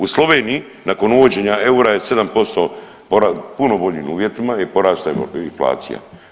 U Sloveniji nakon uvođenja eura je 7% puno boljim uvjetima i porasla inflacija.